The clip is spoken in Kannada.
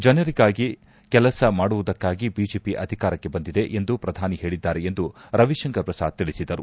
ಜನರಿಗಾಗಿ ಕೆಲಸ ಮಾಡುವುದಕ್ಕಾಗಿ ಬಿಜೆಪಿ ಅಧಿಕಾರಕ್ಕೆ ಬಂದಿದೆ ಎಂದು ಪ್ರಧಾನಿ ಹೇಳಿದ್ದಾರೆ ಎಂದು ರವಿಶಂಕರ್ ಪ್ರಸಾದ್ ತಿಳಿಸಿದರು